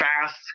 fast